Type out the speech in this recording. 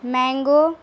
mango